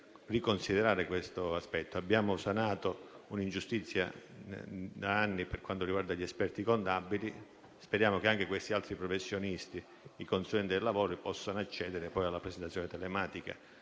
riconsiderare questo aspetto. Abbiamo sanato un'ingiustizia che durava da anni, per quanto riguarda gli aspetti contabili. Speriamo che anche gli altri professionisti, i consulenti del lavoro, possano accedere alla presentazione telematica